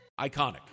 Iconic